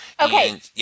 Okay